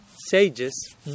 sages